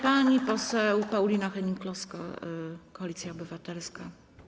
Pani poseł Paulina Hennig-Kloska, Koalicja Obywatelska.